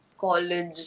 college